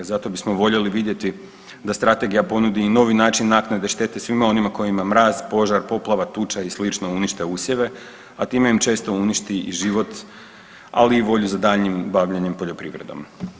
Zato bismo voljeli vidjeti da strategija ponudi i novi način naknade štete svima onima kojima mraz, požar, poplava, tuča i slično unište usjeve, a time im često uništi i život, ali i volju za daljnjim bavljenjem poljoprivredom.